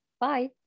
Bye